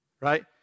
Right